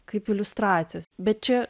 kaip iliustracijos bet čia